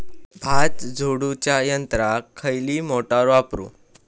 भात झोडूच्या यंत्राक खयली मोटार वापरू?